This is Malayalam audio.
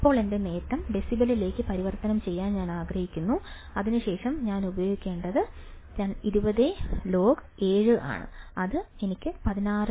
ഇപ്പോൾ എന്റെ നേട്ടം ഡെസിബെലിലേക്ക് പരിവർത്തനം ചെയ്യാൻ ഞാൻ ആഗ്രഹിക്കുന്നു അതിനുശേഷം ഞാൻ ഉപയോഗിക്കേണ്ടത് 20 log അത് എനിക്ക് 16